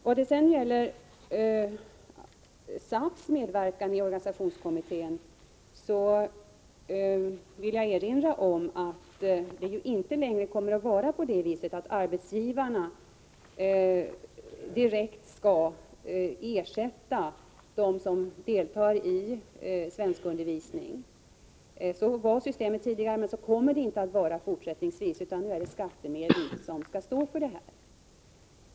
Vad sedan gäller SAF:s medverkan i organisationskommittén, vill jag erinra om att det ju inte längre kommer att vara på det viset att arbetsgivarna direkt skall ersätta dem som deltar i svenskundervisningen. Så var systemet tidigare, men så kommer det inte att vara fortsättningsvis. Nu är det skattemedel som står för detta.